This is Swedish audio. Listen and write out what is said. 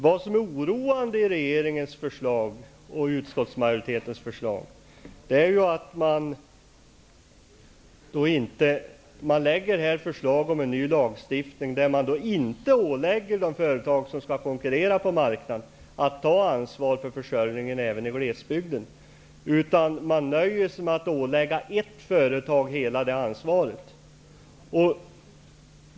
Det som är oroande i regeringens förslag och i utskottsmajoritetens förslag är att man i den föreslagna lagstiftningen inte ålägger de företag som skall konkurrera på marknaden att ta ansvar för försörjningen även i glesbygden. Man nöjer sig med att ålägga ett företag hela det ansvaret.